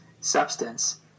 substance